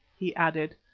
he added.